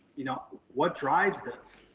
you know, what drives this.